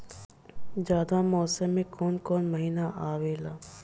जायद मौसम में काउन काउन महीना आवेला?